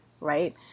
right